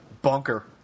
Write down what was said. Bunker